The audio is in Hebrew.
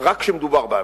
רק כשמדובר בנו?